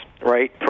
right